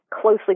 closely